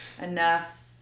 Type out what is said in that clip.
Enough